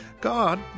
God